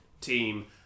team